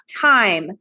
time